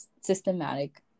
systematic